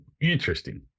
Interesting